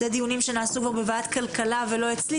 זה דיונים שנעשו בוועדת כלכלה ולא אצלי,